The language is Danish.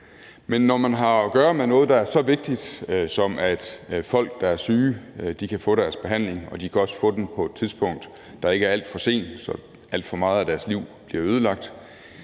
Men når man har at gøre med noget, der er så vigtigt, som at folk, der er syge, kan få deres behandling og også kan få den på et tidspunkt, der ikke er alt for sent, så alt for meget af deres liv bliver ødelagt,